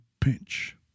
pinch